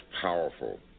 powerful